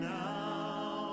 now